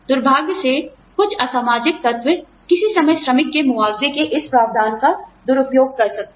दुर्भाग्य से कुछ असामाजिक तत्व किसी समय श्रमिक के मुआवजे के इस प्रावधान का दुरुपयोग कर सकते हैं